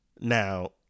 now